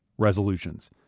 resolutions